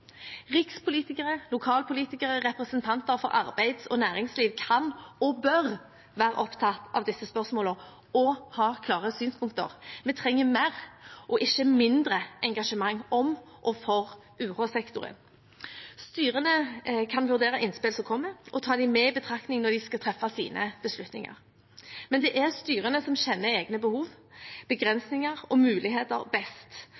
Rikspolitikere, lokalpolitikere, representanter for arbeids- og næringsliv kan og bør være opptatt av disse spørsmålene og ha klare synspunkter. Vi trenger mer, ikke mindre engasjement om og for UH-sektoren. Styrene kan vurdere innspill som kommer, og ta dem med i betraktningen når de skal treffe sine beslutninger. Men det er styrene som kjenner egne behov, begrensninger og muligheter best,